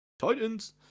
Titans